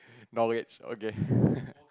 knowledge okay